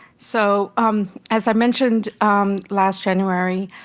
so um as i mentioned last january,